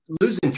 losing